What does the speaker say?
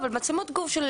אבל מצלמות גוף של